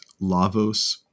Lavos